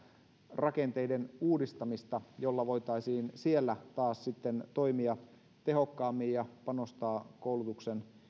rakenteiden uudistamista jolla voitaisiin siellä taas sitten toimia tehokkaammin ja panostaa koulutuksen